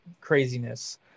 craziness